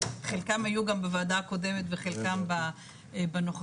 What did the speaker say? חלקם היו גם בוועדה הקודמת וחלקם בנוכחית.